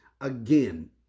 again